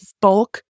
bulk